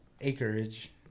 acreage